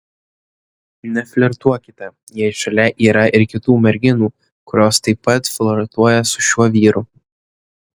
neflirtuokite jei šalia yra ir kitų merginų kurios taip pat flirtuoja su šiuo vyru